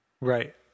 Right